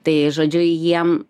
tai žodžiu jiem